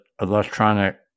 electronic